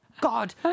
God